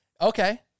Okay